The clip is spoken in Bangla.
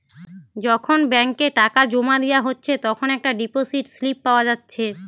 যখন ব্যাংকে টাকা জোমা দিয়া হচ্ছে তখন একটা ডিপোসিট স্লিপ পাওয়া যাচ্ছে